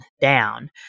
down